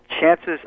chances